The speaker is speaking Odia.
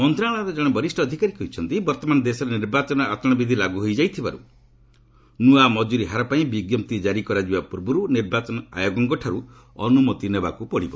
ମନ୍ତ୍ରଣାଳୟର କଣେ ବରିଷ୍ଣ ଅଧିକାରୀ କହିଛନ୍ତି ବର୍ତ୍ତମାନ ଦେଶରେ ନିର୍ବାଚନ ଆଚରଣବିଧି ଲାଗୁ ହୋଇଯାଇଥିବାରୁ ନୂଆ ମକୁରୀହାର ପାଇଁ ବିଞ୍ଜପ୍ତି ଜାରି କରାଯିବା ପୂର୍ବରୁ ନିର୍ବାଚନ ଆୟୋଗଙ୍କଠାରୁ ଅନୁମତି ନେବାକୁ ପଡ଼ିବ